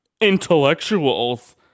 intellectuals